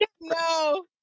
No